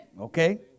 Okay